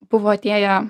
buvo atėję